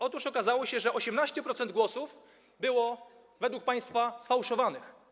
Otóż okazało się, że 18% głosów było według państwa sfałszowanych.